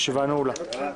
התש"ף-2020,